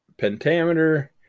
pentameter